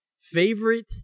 Favorite